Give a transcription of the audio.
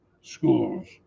schools